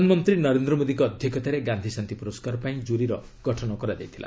ପ୍ରଧାନମନ୍ତ୍ରୀ ନରେନ୍ଦ୍ର ମୋଦିଙ୍କ ଅଧ୍ୟକ୍ଷତାରେ ଗାନ୍ଧି ଶାନ୍ତି ପୁରସ୍କାର ପାଇଁ ଜୁରୀ ର ଗଠନ କରାଯାଇଥିଲା